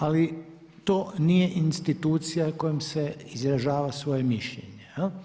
Ali to nije institucija kojom se izražava svoje mišljenje.